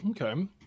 Okay